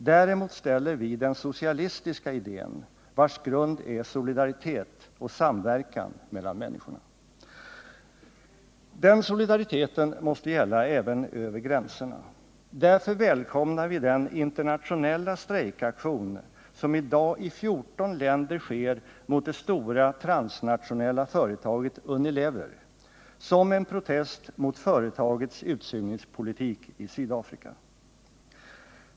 Mot detta ställer vi den socialistiska idén, vars grund är solidaritet och samverkan mellan människorna. Den solidariteten måste gälla även över gränserna. Därför välkomnar vi den internationella strejkaktion som i dag i 14 länder sker mot det stora transnationella företaget Unilever som en protest mot företagets utsugningspolitik i Sydafrika.